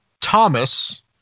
Thomas